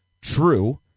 true